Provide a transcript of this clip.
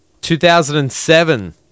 2007